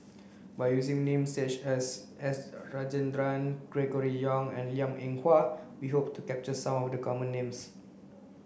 by using name such as S Rajendran Gregory Yong and Liang Eng Hwa we hope to capture some of the common names